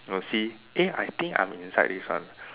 to see eh I think I'm inside this one